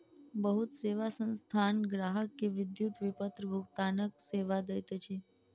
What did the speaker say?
बहुत सेवा संस्थान ग्राहक के विद्युत विपत्र भुगतानक सेवा दैत अछि